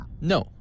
No